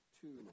two